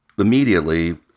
immediately